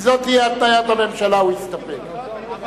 זו תהיה התניית הממשלה, הוא יסתפק.